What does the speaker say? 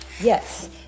Yes